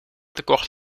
tekort